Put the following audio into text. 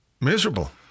Miserable